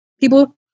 people